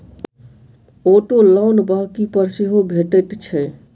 auto loan बन्हकी पर सेहो भेटैत छै